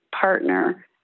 partner